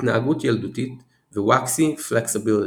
התנהגות ילדותית ו-Waxy flexability